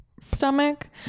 stomach